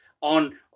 on